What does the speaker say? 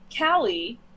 Callie